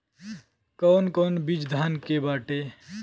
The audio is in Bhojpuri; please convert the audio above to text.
कौन कौन बिज धान के बाटे?